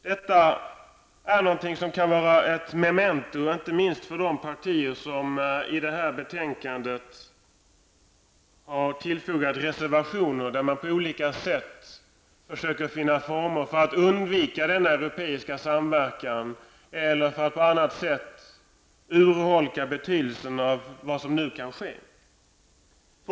Detta är något som kan vara ett memento inte minst för de partier som i detta betänkande har tillfogat reservationer där man på olika sätt försöker finna former för att undvika denna europeiska samverkan eller för att på annat sätt urholka betydelsen av vad som nu kan ske. Fru talman!